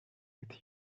with